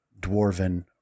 dwarven